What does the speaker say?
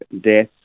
death